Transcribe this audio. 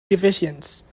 divisions